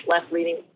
left-leaning